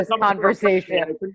conversation